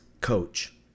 coach